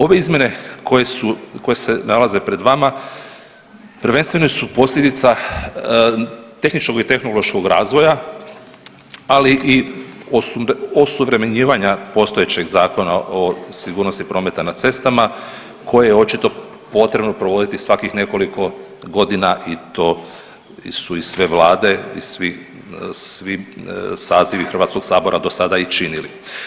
Ove izmjene koje se nalaze pred vama prvenstveno su posljedica tehničkog i tehnološkog razvoja, ali i osuvremenjivanja postojećeg Zakona o sigurnosti prometa na cestama koje očito potrebno provoditi svakih nekoliko godina i to su i sve vlade i svi sazivi HS-a do sada i činili.